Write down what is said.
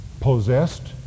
possessed